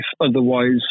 Otherwise